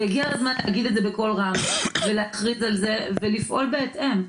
והגיע הזמן להגיד את זה בקול רם ולהכריז על זה ולפעול בהתאם.